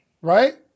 Right